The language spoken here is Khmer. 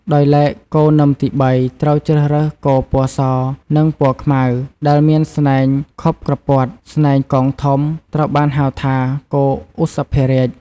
ដោយឡែកគោនឹមទី៣ ត្រូវជ្រើសរើសគោ ពណ៌ស និង ពណ៌ខ្មៅ ដែលមានស្នែងខុបក្រព័ត ស្នែងកោងធំ ត្រូវបានហៅថា គោឧសភរាជ។